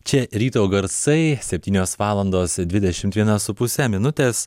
čia ryto garsai septynios valandos dvidešimt viena su puse minutės